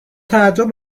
تعجب